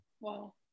wow